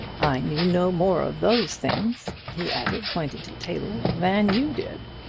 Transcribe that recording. i knew no more of those things, he added, pointing to the table, than you did!